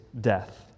death